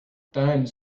dimes